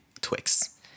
Twix